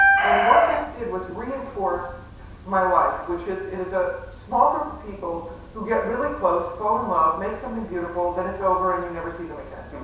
and what this did was reinforce my life, which is, it is a small group of people who get really close, fall in love, make something beautiful, then it's over and you never see them again.